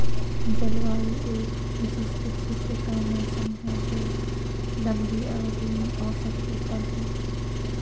जलवायु एक विशिष्ट क्षेत्र का मौसम है जो लंबी अवधि में औसत होता है